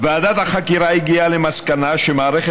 "ועדת החקירה הגיעה למסקנה שמערכת